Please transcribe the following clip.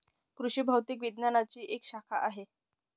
कृषि भौतिकी विज्ञानची एक शाखा आहे